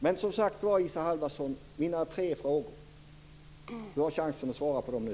Men jag hade som sagt tre frågor. Isa Halvarsson har chansen att svara på dem nu.